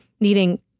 needing